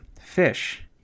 fish